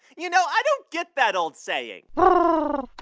you know, i don't get that old saying um ah